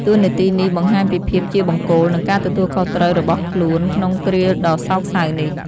តួនាទីនេះបង្ហាញពីភាពជាបង្គោល និងការទទួលខុសត្រូវរបស់ខ្លួនក្នុងគ្រាដ៏សោកសៅនេះ។